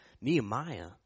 Nehemiah